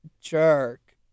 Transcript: jerk